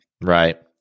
Right